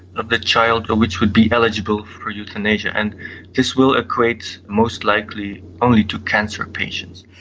of the child which would be eligible for euthanasia, and this will equate most likely only to cancer patients.